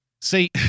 See